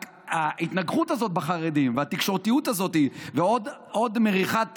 רק שההתנגחות הזאת בחרדים והתקשורתיות הזאת ועוד מריחת